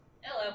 Hello